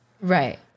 Right